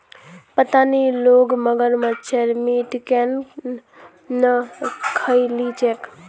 पता नी लोग मगरमच्छेर मीट केन न खइ ली छेक